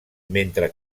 mentre